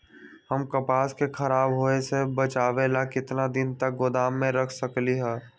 हम कपास के खराब होए से बचाबे ला कितना दिन तक गोदाम में रख सकली ह?